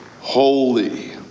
holy